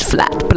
Flat